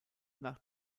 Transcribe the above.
nach